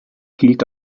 gilt